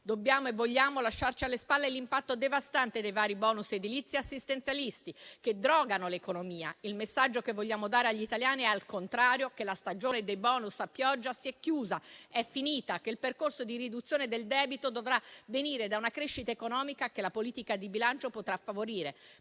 Dobbiamo e vogliamo lasciarci alle spalle l'impatto devastante dei vari *bonus* edilizi e assistenzialisti che drogano l'economia. Il messaggio che vogliamo dare agli italiani è, al contrario, che la stagione dei *bonus* a pioggia si è chiusa, è finita; che il percorso di riduzione del debito dovrà venire da una crescita economica che la politica di bilancio potrà favorire,